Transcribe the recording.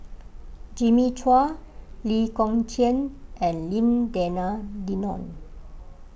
Jimmy Chua Lee Kong Chian and Lim Denan Denon